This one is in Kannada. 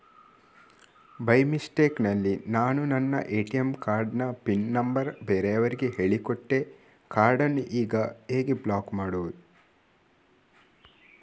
ಬೈ ಮಿಸ್ಟೇಕ್ ನಲ್ಲಿ ನಾನು ನನ್ನ ಎ.ಟಿ.ಎಂ ಕಾರ್ಡ್ ನ ಪಿನ್ ನಂಬರ್ ಬೇರೆಯವರಿಗೆ ಹೇಳಿಕೊಟ್ಟೆ ಕಾರ್ಡನ್ನು ಈಗ ಹೇಗೆ ಬ್ಲಾಕ್ ಮಾಡುವುದು?